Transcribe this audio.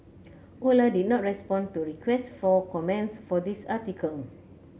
Ola did not respond to requests for comment for this article